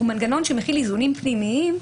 הוא מנגנון שמכיל איזונים פנימיים,